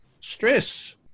stress